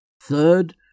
Third